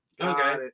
Okay